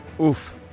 Oof